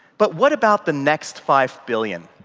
but what about the next five billion?